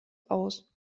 aus